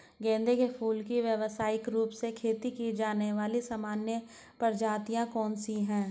गेंदे के फूल की व्यवसायिक रूप से खेती की जाने वाली सामान्य प्रजातियां कौन सी है?